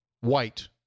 White